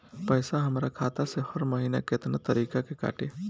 पैसा हमरा खाता से हर महीना केतना तारीक के कटी?